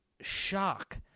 shock